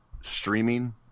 streaming